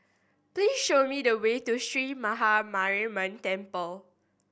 please show me the way to Sree Maha Mariamman Temple